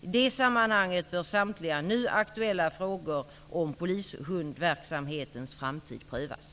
I det sammanhanget bör samtliga nu aktuella frågor om polishundsverksamhetens framtid prövas.